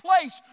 place